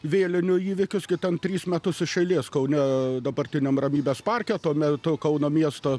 vėlinių įvykius kai ten tris metus iš eilės kaune dabartiniam ramybės parke tuo metu kauno miesto